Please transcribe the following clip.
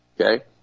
okay